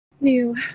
new